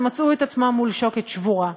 ומצאו את עצמם מול שוקת שבורה.